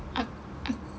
aku aku